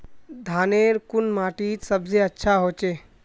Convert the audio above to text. धानेर कुन माटित सबसे अच्छा होचे?